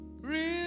real